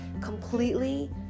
completely